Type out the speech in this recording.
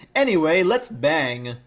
anyway, let's bang!